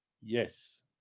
Yes